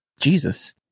Jesus